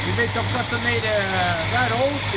estimated that all